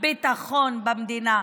ביטחון במדינה,